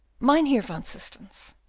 mynheer van systens,